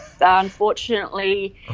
Unfortunately